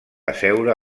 asseure